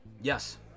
Yes